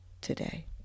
today